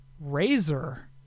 razor